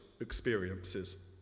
experiences